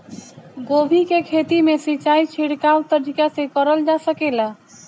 गोभी के खेती में सिचाई छिड़काव तरीका से क़रल जा सकेला?